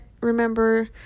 remember